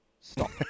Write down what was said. stop